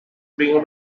been